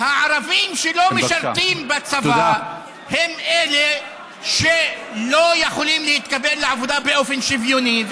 הערבים שלא משרתים בצבא הם שלא יכולים להתקבל לעבודה באופן שוויוני,